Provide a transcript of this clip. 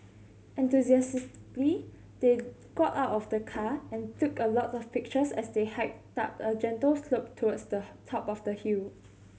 enthusiastically they got out of the car and took a lot of pictures as they hiked up a gentle slope towards the top of the hill